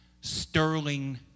sterling